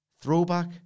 throwback